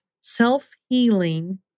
self-healing